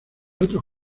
otros